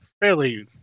Fairly